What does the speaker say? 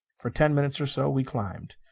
for ten minutes or so we climbed.